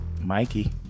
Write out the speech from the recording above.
Mikey